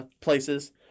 Places